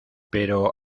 pero